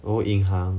oh 银行